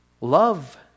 love